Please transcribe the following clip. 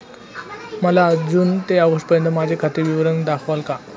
मला जून ते ऑगस्टपर्यंतचे माझे खाते विवरण दाखवाल का?